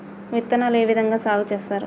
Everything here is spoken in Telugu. విత్తనాలు ఏ విధంగా సాగు చేస్తారు?